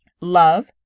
Love